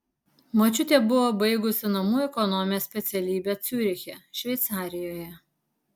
močiutė buvo baigusi namų ekonomės specialybę ciuriche šveicarijoje